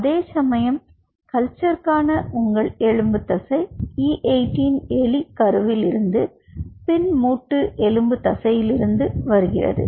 அதேசமயம் கல்ச்சர்க்கான உங்கள் எலும்பு தசை E18 எலி கருவில் இருந்து பின் மூட்டு எலும்பு தசைலிருந்து வருகிறது